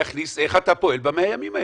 איך אתה פועל ב-100 הימים האלה?